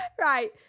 right